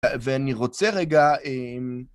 ואני רוצה רגע...